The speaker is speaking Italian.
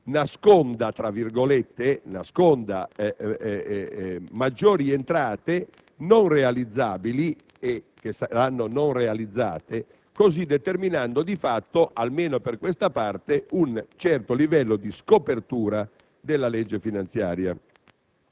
ma che in realtà «nasconda» maggiori entrate non realizzabili, e che saranno non realizzate, così determinando di fatto, almeno per questa parte, un certo livello di scopertura